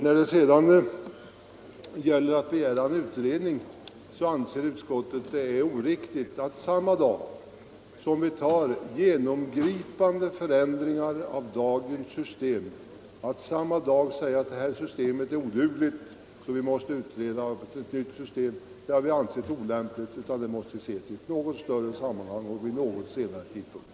Vad sedan beträffar begäran om utredning anser utskottet det oriktigt att riksdagen samma dag som den beslutar om genomgripande förändringar av nuvarande system skulle säga att systemet är odugligt och att vi därför måste låta utreda ett nytt system. Det har utskottet ansett olämpligt, utan detta måste ses över i ett något större sammanhang och vid ett något senare tillfälle.